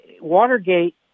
Watergate